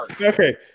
Okay